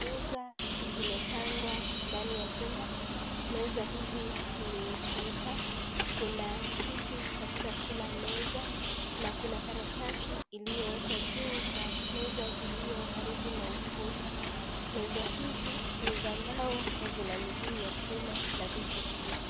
Meza zimepangwa ndani ya chumba, meza hizi ni sita kuna kiti katika kila meza na kuna karatasi iliyowekwa juu kwa meza iliyo karibu na ukuta, meza hizi ni za mbao na zina miguu ya chuma na viti pia.